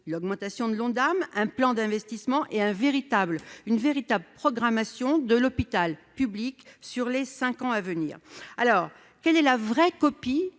l'augmentation de l'Ondam, un plan d'investissement et une véritable programmation de l'hôpital public pour les cinq ans à venir. Quelle est la vraie copie